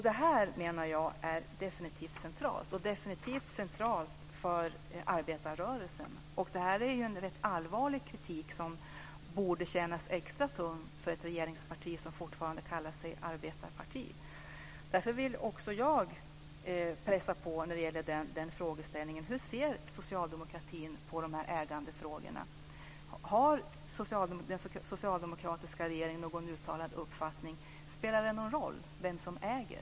Det här är definitivt centralt, menar jag, och definitivt centralt för arbetarrörelsen. Det här är ju en rätt allvarlig kritik, som borde kännas extra tung för ett regeringsparti som fortfarande kallar sig arbetarparti. Därför vill också jag pressa på när det gäller den frågeställningen: Hur ser Socialdemokraterna på ägandefrågorna? Har den socialdemokratiska regeringen någon uttalad uppfattning? Spelar det någon roll vem som äger?